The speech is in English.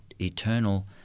eternal